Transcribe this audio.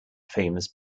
famous